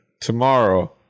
tomorrow